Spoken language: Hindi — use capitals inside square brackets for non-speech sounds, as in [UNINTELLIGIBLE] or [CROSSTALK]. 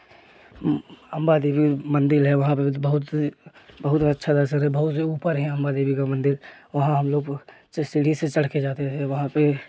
अम्बा देवी मंदिर है वहाँ पर बहुत सी बहुत अच्छा [UNINTELLIGIBLE] बहुत ऊपर हैं अम्बा देवी का मंदिर वहाँ हम लोग से सीढ़ी से चढ़ कर जाते थे वहाँ पर